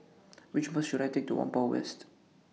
Which Bus should I Take to Whampoa West